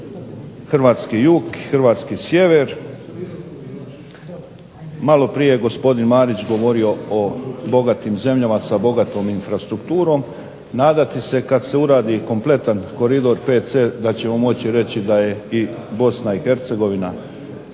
hrvatski jug, hrvatski sjever, maloprije je gospodin Marić govorio o bogatim zemljama sa bogatom infrastrukturom, nadati se kad se uradi kompletan koridor VC da ćemo moći reći da je i Bosna i Hercegovina